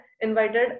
invited